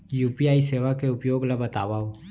UPI सेवा के उपयोग ल बतावव?